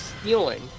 stealing